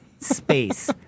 space